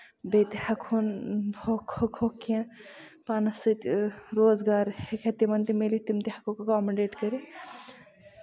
بیٚیہِ تہِ ہٮ۪کہٕ ہون ہوٚھ ہوکھ کیٚنہہ پانَس سۭتۍ روزگار ہٮ۪کہِ ہا تِمن تہِ میٖلِتھ تہٕ تہِ ہٮ۪کون اٮ۪کومڈیٹ کٔرِتھ